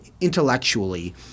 intellectually